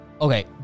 okay